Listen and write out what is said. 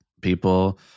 people